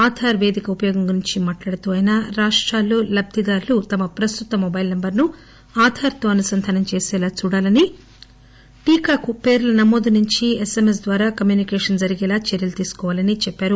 ఆధార్ పేదిక ఉపయోగం గురించి మాట్లాడుతూ ఆయన రాష్రాలు లబ్గిదారులు తమ ప్రస్తుత మొబైల్ నెంబర్ ను ఆధార్ తో అనుసంధానం చేసేలా చూడాలని టీకాకు పేర్ల నమోదు నుంచి ఎస్ఎంఎస్ ద్వారా కమ్యూనికేషన్ జరిగేలా చర్యలు తీసుకోవాలని చెప్పారు